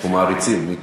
יש פה מעריצים, מיקי.